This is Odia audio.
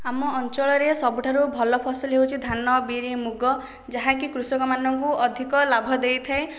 ଆମ ଅଞ୍ଚଳରେ ସବୁଠାରୁ ଭଲ ଫସଲ ହେଉଛି ଧାନ ବିରି ମୁଗ ଯାହାକି କୃଷକମାନଙ୍କୁ ଅଧିକ ଲାଭ ଦେଇଥାଏ